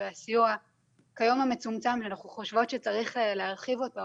והסיוע שכיום הוא מצומצם ואנחנו חושבות שצריך להרחיב אותו,